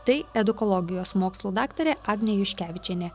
tai edukologijos mokslų daktarė agnė juškevičienė